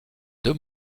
deux